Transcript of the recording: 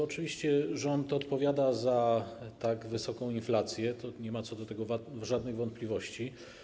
Oczywiście rząd odpowiada za tak wysoką inflację, nie ma co do tego żadnych wątpliwości.